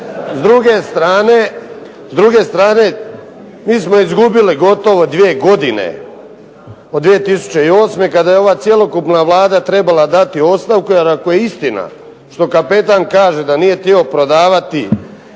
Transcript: S druge strane, mi smo izgubili gotovo dvije godine od 2008. kada je ova cjelokupna Vlada trebala dati ostavku jer ako je istina što kapetan kaže da nije htio prodavati